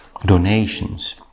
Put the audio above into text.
donations